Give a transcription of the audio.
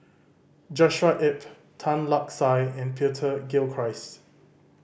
Joshua Ip Tan Lark Sye and Peter Gilchrist